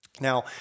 Now